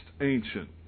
ancient